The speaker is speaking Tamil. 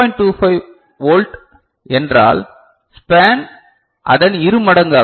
25 வோல்ட் என்றால் ஸ்பேன் அதன் இரு மடங்கு ஆகும்